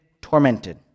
tormented